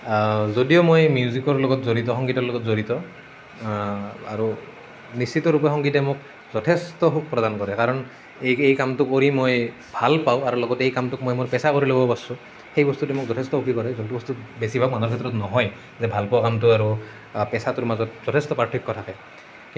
যদিও মই মিউজিকৰ লগত জড়িত সংগীতৰ লগত জড়িত আৰু নিশ্চিতৰূপে সংগীতে মোক যথেষ্ট সুখ প্ৰদান কৰে কাৰণ এই এই কামটো কৰি মই ভাল পাওঁ আৰু লগতে এই কামটোক মই মোৰ পেছা কৰি ল'ব পাৰিছোঁ সেই বস্তুটোৱে মোক যথেষ্ট সুখী কৰে যোনটো বস্তু বেছিভাগ মানুহৰ ক্ষেত্ৰত নহয় যে ভাল পোৱা কামটো আৰু পেছাটোৰ মাজত যথেষ্ট পাৰ্থক্য থাকে